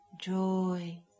joy